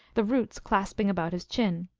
the roots clasping about his chin.